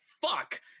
fuck